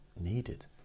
needed